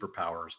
superpowers